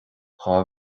dhá